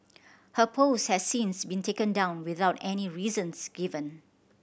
her post has since been taken down without any reasons given